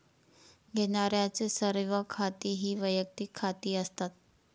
घेण्यारांचे सर्व खाती ही वैयक्तिक खाती असतात